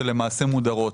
שמודרות.